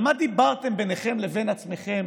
על מה דיברתם ביניכם לבין עצמכם